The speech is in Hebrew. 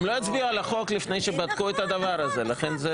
לכן,